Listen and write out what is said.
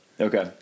Okay